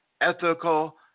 ethical